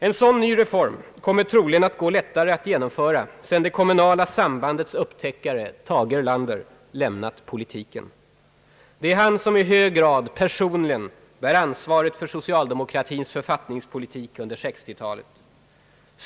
En sådan ny reform kommer troligen att gå lättare att genomföra sedan det kommunala sambandets upptäckare, Tage Erlander, lämnat politiken. Det är han som i hög grad personligen bär ansvaret för socialdemokratins författ ningspolitik under 1960-talet.